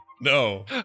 No